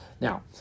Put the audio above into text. Now